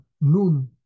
Nun